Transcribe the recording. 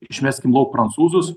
išmeskim lauk prancūzus